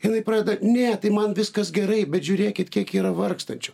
jinai pradeda ne tai man viskas gerai bet žiūrėkit kiek yra vargstančių